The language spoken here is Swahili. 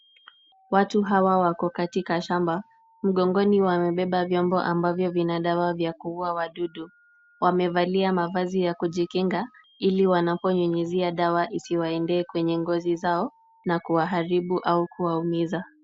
Watu hawa wako katika shamba, mgongoni wamebeba vyombo ambavyo vina dawa vya kuua wadudu. Wamevalia mavazi ya kujikinga ili wanaponyunyuzia dawa isiwaendee kwenye ngozi zao na kuwaharibu au kuwaumiza